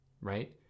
right